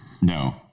No